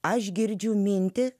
aš girdžiu mintį